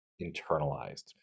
internalized